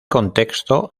contexto